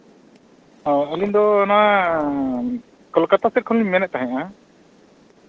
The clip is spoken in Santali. ᱚ ᱟᱹᱞᱤᱧ ᱫᱚ ᱚᱱᱟ ᱠᱳᱞᱠᱟᱛᱟ ᱥᱮᱫ ᱠᱷᱚᱱᱞᱤᱧ ᱢᱮᱱᱮᱫ ᱛᱟᱦᱮᱱᱟ